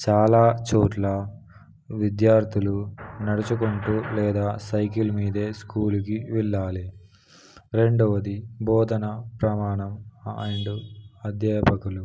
చాలా చోట్ల విద్యార్థులు నడుచుకుంటూ లేదా సైకిల్ మీదే స్కూల్కి వెళ్ళాలి రెండవది బోధన ప్రమాణం అండ్ అధ్యాపకులు